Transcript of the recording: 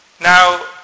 Now